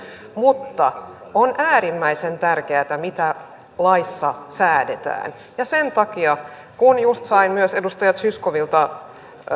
mutta on äärimmäisen tärkeätä mitä laissa säädetään ja sen takia kun just sain myös edustaja zyskowiczilta